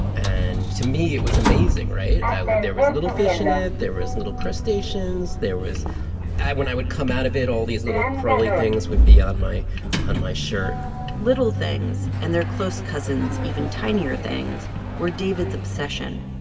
and to me, it was amazing. right? i would there was little fish in it. there was little crustaceans. there was when i would come out of it, all these little crawly things would be on my on my shirt little things and their close cousins even tinier things were david's obsession.